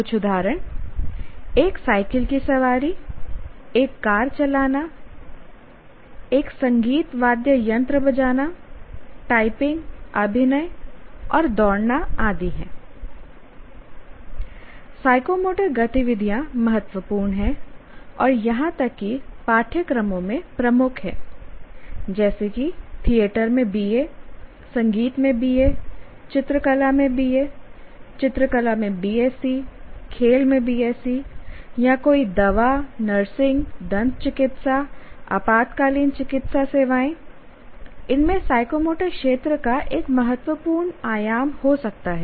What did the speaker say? कुछ उदाहरण एक साइकिल की सवारी एक कार चलाना एक संगीत वाद्ययंत्र बजाना टाइपिंग अभिनय और दौड़ना आदि हैंI साइकोमोटर गतिविधियां महत्वपूर्ण हैं और यहां तक कि पाठ्यक्रमों में प्रमुख हैं जैसे कि थिएटर में BA संगीत में BA चित्रकला में BA चित्रकला में BSc खेल में BSc या कोई दवा नर्सिंग दंत चिकित्सा आपातकालीन चिकित्सा सेवाएं इनमें साइकोमोटर क्षेत्र का एक महत्वपूर्ण आयाम हो सकता है